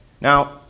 Now